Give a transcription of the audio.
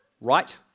right